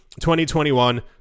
2021